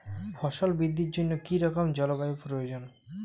ফসল বৃদ্ধির জন্য কী রকম জলবায়ু প্রয়োজন?